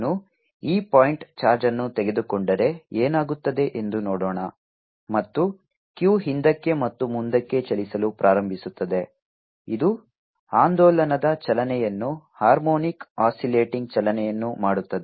ನಾನು ಈ point charge ಅನ್ನು ತೆಗೆದುಕೊಂಡರೆ ಏನಾಗುತ್ತದೆ ಎಂದು ನೋಡೋಣ ಮತ್ತು q ಹಿಂದಕ್ಕೆ ಮತ್ತು ಮುಂದಕ್ಕೆ ಚಲಿಸಲು ಪ್ರಾರಂಭಿಸುತ್ತದೆ ಇದು ಆಂದೋಲನದ ಚಲನೆಯನ್ನು ಹಾರ್ಮೋನಿಕ್ ಆಸಿಲೇಟಿಂಗ್ ಚಲನೆಯನ್ನು ಮಾಡುತ್ತದೆ